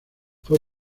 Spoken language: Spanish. fue